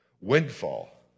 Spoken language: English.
windfall